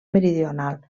meridional